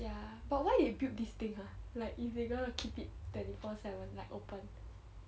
ya because why they build this thing ah like if they gonna keep it twenty four seven like open